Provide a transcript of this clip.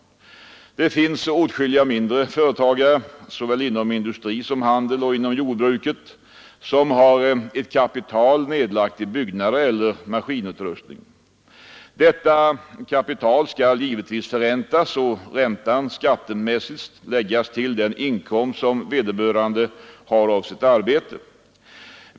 Det finns åtskilliga mindre företagare såväl inom industri som inom handel och jordbruk som har ett kapital nedlagt i byggnader eller maskinutrustning. Detta kapital skall givetvis förräntas och räntan skattemässigt läggas till den inkomst som vederbörande har av sitt arbete.